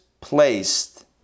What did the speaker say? placed